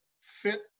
fit